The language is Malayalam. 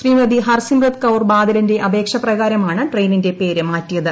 ശ്രീമതി ഹർസിമ്രത് കൌർ ബാദലിന്റെ അപേക്ഷപ്രകാരമാണ് ട്രെയിനിന്റെ പേര് മാറ്റിയത്